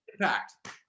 impact